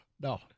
No